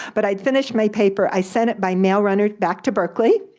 but i'd finished my paper. i sent it by mail runner back to berkeley,